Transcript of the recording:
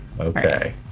Okay